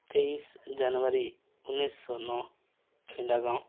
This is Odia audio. ତେଇଶ ଜାନୁଆରୀ ଉେଣେଇଶହ ନଅ ଖିଣ୍ଡା ଗାଁ